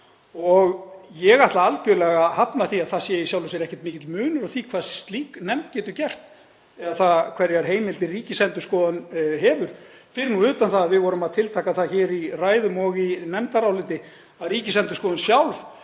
Ég ætla algerlega að hafna því að það sé í sjálfu sér ekki mikill munur á því hvað slík nefnd getur gert eða hvaða heimildir Ríkisendurskoðun hefur, fyrir utan það að við vorum að tiltaka það hér í ræðum og í nefndaráliti að Ríkisendurskoðun sjálf